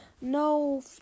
no